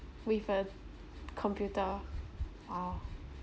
with a computer uh